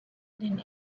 then